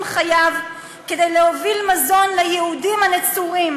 חייו כדי להוביל מזון ליהודים הנצורים,